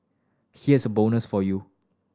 here's a bonus for you